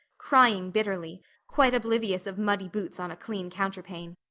crying bitterly, quite oblivious of muddy boots on a clean counterpane.